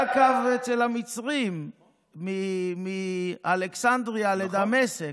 היה קו אצל המצרים מאלכסנדריה לדמשק.